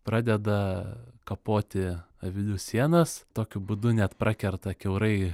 pradeda kapoti avilių sienas tokiu būdu net prakerta kiaurai